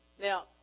Now